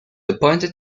appointed